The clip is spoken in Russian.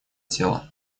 тела